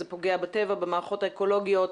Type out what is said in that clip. זה פוגע בטבע, במערכות האקולוגיות,